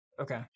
Okay